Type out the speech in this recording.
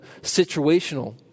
situational